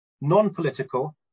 non-political